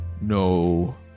No